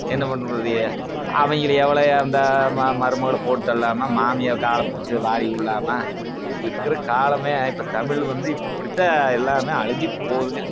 என்ன பண்ண முடியும் அவங்கள எவ்வளோ அந்த ம மருமகளை போட்டு தள்ளாமல் மாமியார் காலை பிடிச்சி வாரி விழாம இப்போ இருக்கிற காலமே இப்போ தமிழ் வந்து இப்படிதான் எல்லாமே அழிஞ்சிட்டு போகுதுங்க